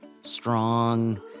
strong